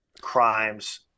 crimes